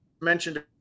mentioned